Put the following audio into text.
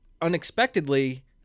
unexpectedly